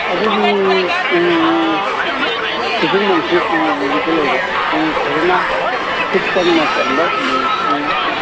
ꯑꯗꯨꯗꯤ ꯎ ꯈꯨꯁꯨꯃꯟꯁꯤ ꯎꯗ ꯂꯩꯔꯦ ꯎ ꯐꯖꯅ ꯈꯨꯠ ꯆꯪꯅ ꯆꯟꯕ ꯎ